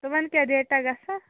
تِمن کیٛاہ ریٹاہ گَژھان